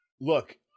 Look